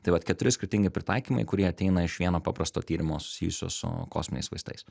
tai vat keturi skirtingi pritaikymai kurie ateina iš vieno paprasto tyrimo susijusio su kosminiais vaistais